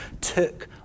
took